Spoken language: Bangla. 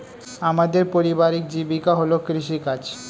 আমাদের পারিবারিক জীবিকা হল কৃষিকাজ